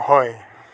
হয়